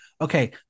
Okay